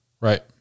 Right